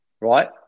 Right